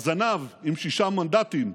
הזנב, עם שישה מנדטים,